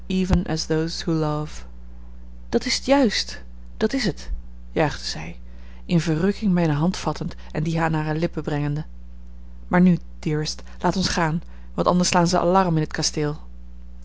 love dat is t juist dat is t juichte zij in verrukking mijne hand vattend en die aan hare lippen brengende maar nu dearest laat ons gaan want anders slaan ze alarm in het kasteel